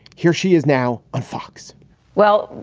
here she is now on fox well,